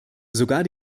sogar